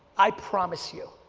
i promise you,